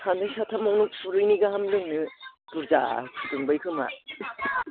सानै साथामावनो खुरैनै गाहाम लोंनो बुरजा फुदुंबाय खोमा